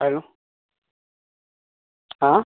hello हां